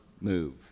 move